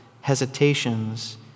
hesitations